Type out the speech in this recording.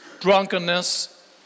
drunkenness